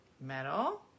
metal